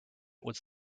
was